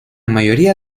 mayoría